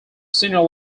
senior